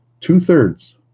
Two-thirds